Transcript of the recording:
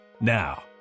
now